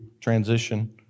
transition